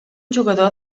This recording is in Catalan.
jugador